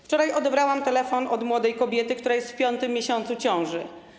Wczoraj odebrałam telefon od młodej kobiety, która jest w 5. miesiącu ciąży.